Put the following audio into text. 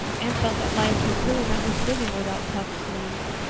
anne felt that life was really not worth living without puffed sleeves.